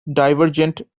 divergent